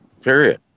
Period